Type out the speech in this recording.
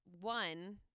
one